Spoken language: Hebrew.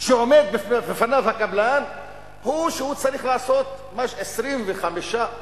שעומד בפניו הקבלן הוא שהוא צריך לעשות 25%